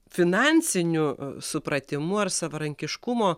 finansiniu supratimu ar savarankiškumo